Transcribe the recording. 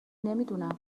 نمیدونم